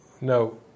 No